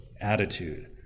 attitude